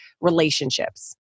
relationships